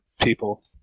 people